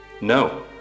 No